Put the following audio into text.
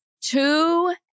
Two